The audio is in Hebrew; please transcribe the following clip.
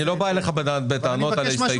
אני לא בא אליך בטענות על ההסתייגויות,